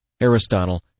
aristotle